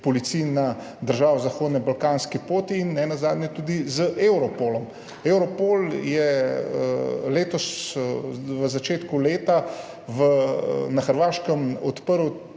policij držav na zahodnobalkanski poti in nenazadnje tudi z Europolom. Europol je letos v začetku leta na Hrvaškem odprl